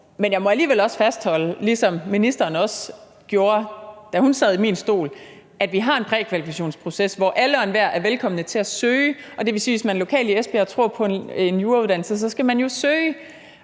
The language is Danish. men jeg må alligevel også fastholde, ligesom fru Ulla Tørnæs gjorde da hun sad i min stol som minister, at vi har en prækvalifikationsproces, hvor alle og enhver er velkomne til at søge. Det vil sige, at hvis man lokalt i Esbjerg tror på en jurauddannelse, så skal man jo søge,